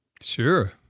Sure